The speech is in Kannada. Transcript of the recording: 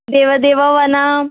ದೇವ ದೇವ ವನಾ